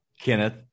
Kenneth